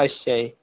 ਅੱਛਾ ਜੀ